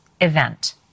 event